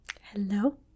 hello